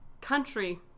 country